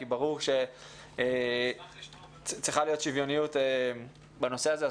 כי ברור שצריכה להיות שוויוניות בנושא הזה.